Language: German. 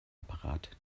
apparat